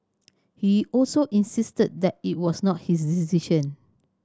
he also insisted that it was not his decision